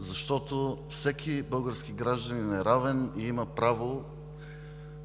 защото всеки български гражданин е равен и има право